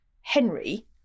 Henry